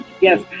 yes